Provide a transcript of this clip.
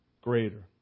greater